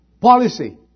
policy